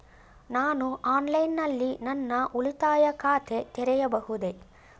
ನಾನು ಆನ್ಲೈನ್ ನಲ್ಲಿ ನನ್ನ ಉಳಿತಾಯ ಖಾತೆ ತೆರೆಯಬಹುದೇ?